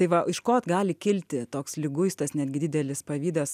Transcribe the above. tai va iš ko vat gali kilti toks liguistas netgi didelis pavydas